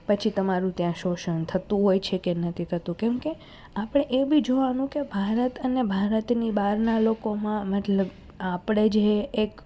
પછી તમારું ત્યાં શોષણ થતું હોય છે કે નથી થતું કેમકે આપણે એ બી જોવાનું કે ભારત અને ભારતની બહારનાં લોકોમાં મતલબ આપણે જે એક